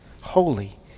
holy